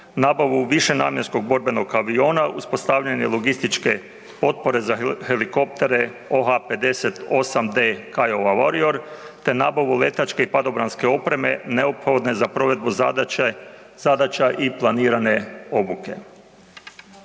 nabavu višenamjenskog borbenog aviona, uspostavljanje logističke potpore za helikoptere OH-58-D Kiowa Warrior te nabavu letačke i padobranske opreme neophodne za provedbu zadaća i planirane obuke.